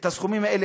את הסכומים האלה,